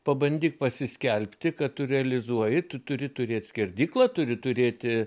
pabandyk pasiskelbti kad tu realizuoji tu turi turėt skerdyklą turi turėti